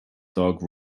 dog